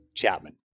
Chapman